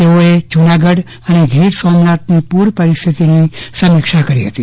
તેમને જુનાગઢ અને ગીર સોમનાથની પુર પરિસ્થિતિની સમીક્ષા કરી હતી